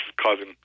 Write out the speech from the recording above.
causing